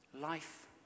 life